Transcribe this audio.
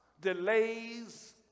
delays